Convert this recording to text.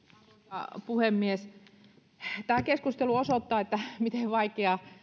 arvoisa puhemies tämä keskustelu osoittaa miten vaikeaa